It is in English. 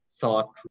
thought